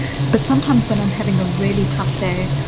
but sometimes when i'm having a really tough day,